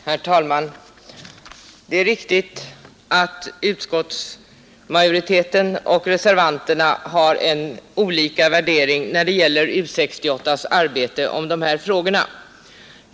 Herr talman! Det är riktigt att utskottsmajoriteten och reservanterna har olika värderingar när det gäller U 68:s arbete med de här frågorna.